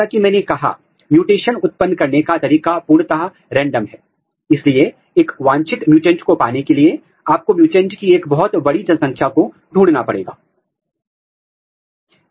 तो मूल रूप से आपने अब एंटीबॉडी के साथ स्लाइड को ट्रीट किया है फिर आपको अनबाउंड एंटीबॉडी को हटाने के लिए धोना होगा फिर जांच करने के लिए जा सकते हैं